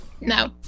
No